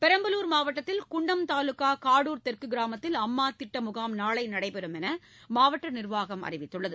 பெரம்பலூர் மாவட்டத்தில் குன்னம் தாலூகா காடூர் தெற்கு கிராமத்தில் அம்மா திட்ட முகாம் நாளை நடைபெறும் என்று மாவட்ட நிர்வாகம் அறிவித்துள்ளது